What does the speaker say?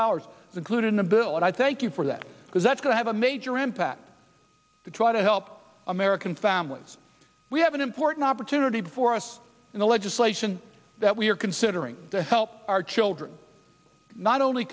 glued in the bill and i thank you for that because that's going to have a major impact to try to help american families we have an important opportunity for us in the legislation that we're considering to help our children not only